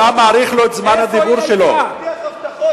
הדור הצעיר של הליכוד שהבטיח הבטחות